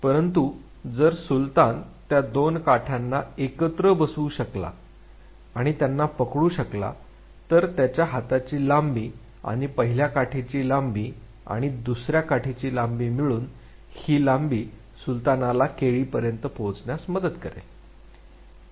परंतु जर सुलतान त्या दोन काठ्यांना एकत्र बसवू शकला आणि त्यांना पकडू शकला तर त्याच्या हाताची लांबी आणि पहिल्या काठीची लांबी आणि दुसऱ्या स्टिकची लांबीमिळून ही लांबी सुलतानाला केळीपर्यंत पोचण्यास मदत करेल